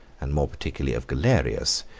and more particularly of galerius,